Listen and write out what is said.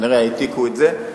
כנראה העתיקו את זה,